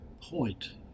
point